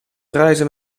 reizen